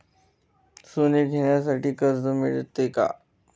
सोने घेण्यासाठी कर्ज मिळते का?